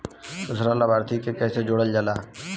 दूसरा लाभार्थी के कैसे जोड़ल जाला?